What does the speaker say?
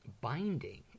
binding